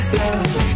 love